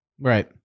Right